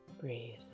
breathe